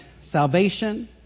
salvation